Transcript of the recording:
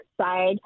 side